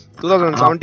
2017